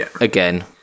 again